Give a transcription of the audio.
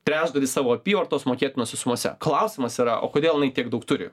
trečdalį savo apyvartos mokėtinose sumose klausimas yra o kodėl tiek daug turi